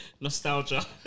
Nostalgia